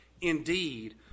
Indeed